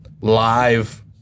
live